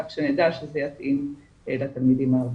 כך שנדע שזה יתאים לתלמידים הערביים.